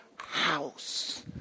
house